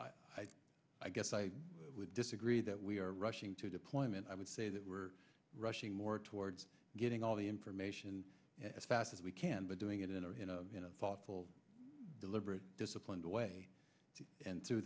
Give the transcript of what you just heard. so i guess i would disagree that we are rushing to deployment i would say that we're rushing more towards getting all the information as fast as we can but doing it in a thoughtful deliberate disciplined way and through